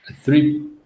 three